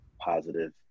positive